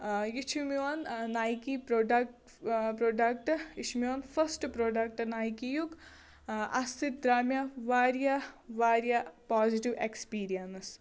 آ یہِ چھُ میٛون نایِکی پرٛوڈک پرٛوڈکٹہٕ یہِ چھُ میٛون فٔسٹ پرٛوڈکٹہٕ نایِکی یُک اَتھ سۭتۍ درٛاو مےٚ واریاہ واریاہ پازِٹیٛوٗ ایکٕسپیٖرنَس